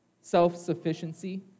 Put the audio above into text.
Self-sufficiency